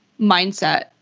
mindset